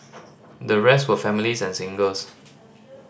the rest were families and singles